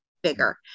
bigger